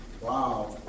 Wow